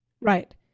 Right